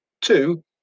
two